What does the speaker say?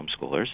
homeschoolers